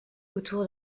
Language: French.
autour